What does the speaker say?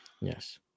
Yes